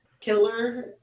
killer